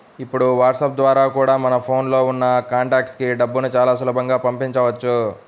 ఇప్పుడు వాట్సాప్ ద్వారా కూడా మన ఫోన్ లో ఉన్న కాంటాక్ట్స్ కి డబ్బుని చాలా సులభంగా పంపించవచ్చు